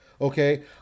Okay